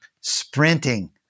Sprinting